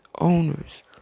owners